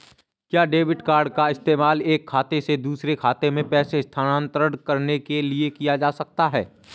क्या debit card का इस्तेमाल एक खाते से दूसरे खाते में पैसे स्थानांतरण करने के लिए किया जा सकता है?